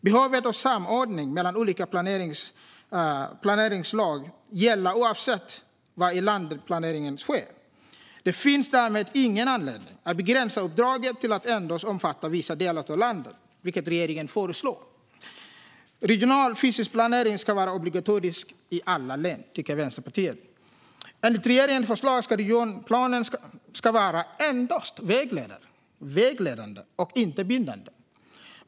Behovet av samordning mellan olika planeringsslag gäller oavsett var i landet planeringen sker. Det finns därmed ingen anledning att begränsa uppdraget till att endast omfatta vissa delar av landet, vilket regeringen föreslår. Vänsterpartiet tycker att regional fysisk planering ska vara obligatorisk i alla län. Enligt regeringens förslag ska regionplanen endast vara vägledande och inte bindande.